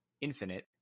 Infinite